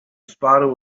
sparrow